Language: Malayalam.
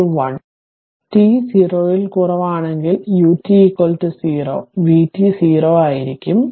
t 0 ൽ കുറവാണെങ്കിൽ ut 0 vt 0 ആയിരിക്കും